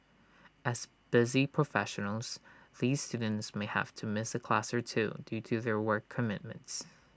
as busy professionals these students may have to miss A class or two due to their work commitments